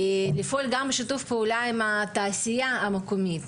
לפעול גם בשיתוף פעולה עם התעשייה המקומית